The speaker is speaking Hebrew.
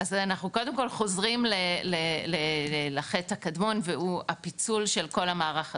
אז אנחנו קודם כל חוזרים לחטא הקדמון והוא הפיצול של כל המערך הזה,